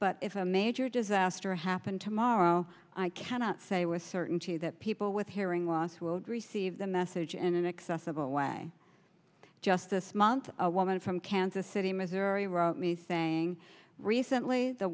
but if a major disaster happened tomorrow i cannot say with certainty that people with hearing loss will receive the message and inaccessible way just this month a woman from kansas city missouri wrote me saying recently the